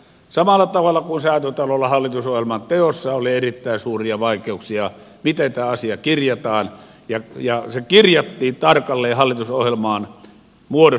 samalla tavalla kuin säätytalolla hallitusohjelman teossa oli erittäin suuria vaikeuksia miten tämä asia kirjataan ja se kirjattiin tarkalleen hallitusohjelmaan muodossa